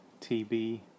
TB